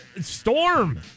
Storm